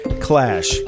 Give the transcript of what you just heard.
Clash